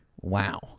Wow